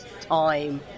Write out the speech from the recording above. time